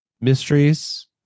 mysteries